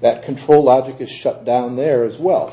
that control logic is shut down there as well